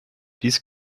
dies